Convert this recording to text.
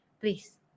please